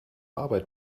arbeit